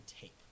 tape